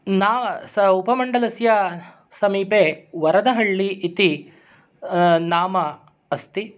न स उपमण्डलस्य समीपे वरदहल्ली इति नाम अस्ति